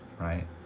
Right